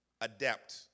adept